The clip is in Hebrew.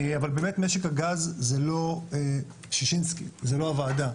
אבל באמת משק הגז זה לא שישינסקי, זה לא הוועדה.